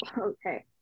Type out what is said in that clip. Okay